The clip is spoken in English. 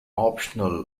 optional